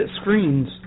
screens